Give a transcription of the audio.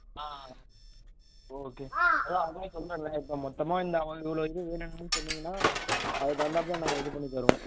ஆ okay அதுதான் அதுவுமே சொன்னேன்ல இப்போ மொத்தமாக இந்த இவ்வளோ இது வேணும்னு சொன்னீங்கன்னால் அதுக்கு தகுந்தாப்போல நாங்கள் இது பண்ணி தருவோம்